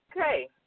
Okay